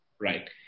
Right